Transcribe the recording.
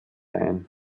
ein